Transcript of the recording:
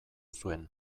zuen